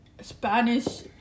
Spanish